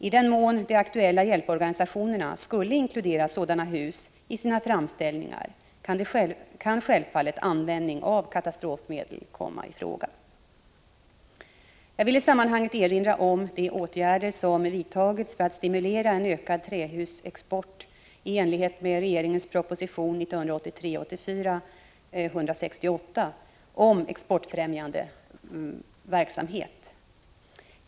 I den mån de aktuella hjälporganisationerna skulle inkludera sådana hus i sina framställningar kan självfallet användning av katastrofmedel komma i fråga. Jag vill i sammanhanget erinra om de åtgärder som har vidtagits för att stimulera en ökad trähusexport, i enlighet med regeringens proposition 1983/84:168 om exportfrämjande verksamhet.